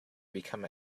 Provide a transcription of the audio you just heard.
become